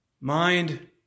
Mind